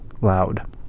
loud